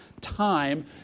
time